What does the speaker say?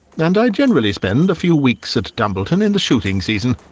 and i generally spend a few weeks at dumbleton in the shooting season.